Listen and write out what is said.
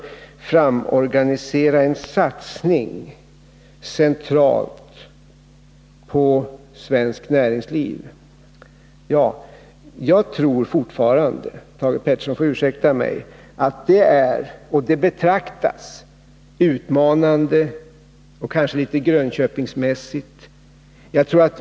Han vill således framorganisera en satsning centralt på svenskt näringsliv. Jag tror fortfarande, Thage Peterson får ursäkta mig, att det betraktas som utmanande och kanske litet grönköpingsmässigt.